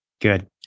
Good